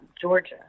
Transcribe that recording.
Georgia